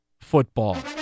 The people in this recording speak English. Football